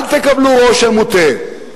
אל תקבלו רושם מוטעה,